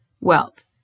wealth